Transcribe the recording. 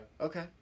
Okay